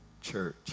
church